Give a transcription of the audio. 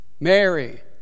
Mary